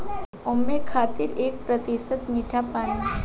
ओमें खातिर एक प्रतिशत मीठा पानी